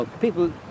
People